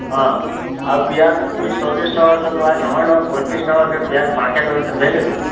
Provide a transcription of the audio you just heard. অঁ আৰু পিঁয়াজো তুমি চল্লিছ টকাকৈ লোৱা নহয় নহয় পঁয়ত্ৰিছ টকাকৈ পিঁয়াজ মাৰ্কেটত এভেইলেবোল